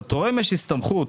לתורם יש הסתמכות,